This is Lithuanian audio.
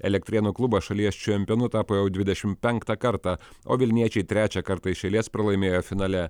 elektrėnų klubas šalies čempionu tapo jau dvidešim penktą kartą o vilniečiai trečią kartą iš eilės pralaimėjo finale